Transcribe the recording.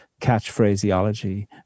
catchphraseology